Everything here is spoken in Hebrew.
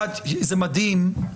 זה מדהים.